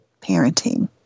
parenting